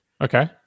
Okay